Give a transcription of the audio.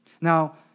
Now